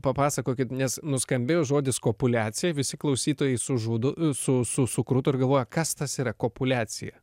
papasakokit nes nuskambėjo žodis kopuliacija visi klausytojai su žudu su su sukruto ir galvoja kas tas yra kopuliacija